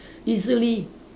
easily